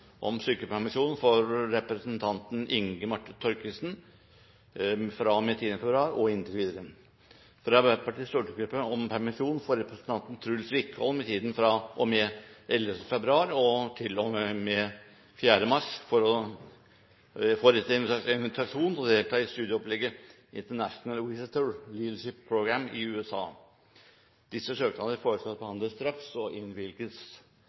om sykepermisjon for representanten Inga Marte Thorkildsen fra og med 10. februar og inntil videre fra Arbeiderpartiets stortingsgruppe om permisjon for representanten Truls Wickholm i tiden fra og med 11. februar til og med 4. mars, for etter invitasjon å delta i studieopplegget International Visitor Leadership Program, i USA Disse søknadene foreslås behandlet straks og